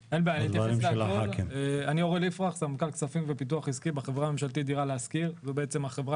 אני סמנכ"ל כספים ופיתוח עסקי בחברה "דירה להשכיר" שזו החברה